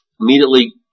immediately